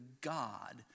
God